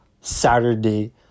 Saturday